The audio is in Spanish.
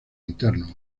interno